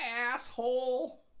asshole